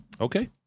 Okay